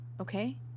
okay